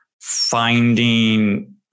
finding